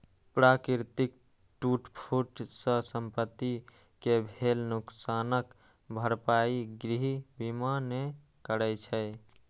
प्राकृतिक टूट फूट सं संपत्ति कें भेल नुकसानक भरपाई गृह बीमा नै करै छै